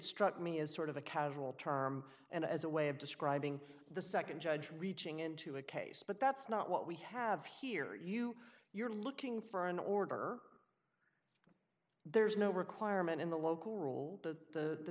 struck me as sort of a casual term and as a way of describing the nd judge reaching into a case but that's not what we have here you you're looking for an order there's no requirement in the local rule the